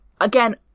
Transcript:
again